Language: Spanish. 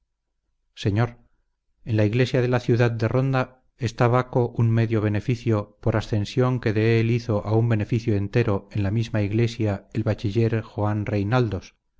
señor en la yglesia de la iudad de ronda está vaco vn medio benefiio por ascension que dél hizo a vn beneficio entero en la misma yglesia el bachiller joan reynaldos